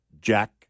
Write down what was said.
Jack